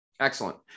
Excellent